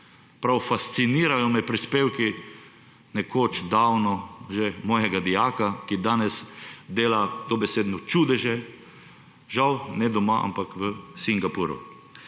prav fascinirajo me prispevki že davno mojega dijaka, ki danes dela dobesedno čudeže, žal ne doma, ampak v Singapurju.